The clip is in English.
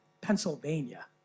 Pennsylvania